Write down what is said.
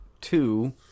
two